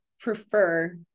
prefer